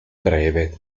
breve